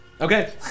okay